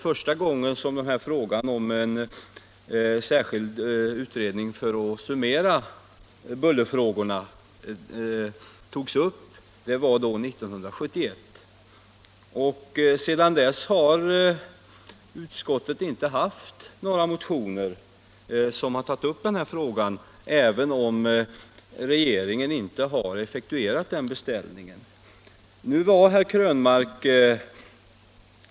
Första gången frågan om en särskild utredning för att summera bullerfrågorna togs upp var 1971. Även om regeringen inte har effektuerat den tidigare beställningen, har inte utskottet sedan dess till behandling haft några motioner som tagit upp dessa frågor.